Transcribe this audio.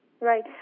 Right